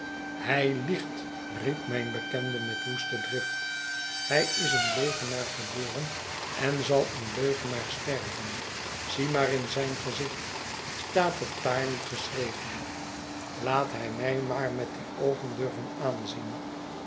hij liegt riep mijn bekende met woeste drift hij is een leugenaar geboren en zal een leugenaar sterven zie maar in zijn gezicht staat het daar niet geschreven laat hij mij maar met die oogen durven aanzien